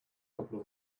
couple